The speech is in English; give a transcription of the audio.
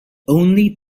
only